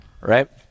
Right